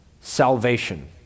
salvation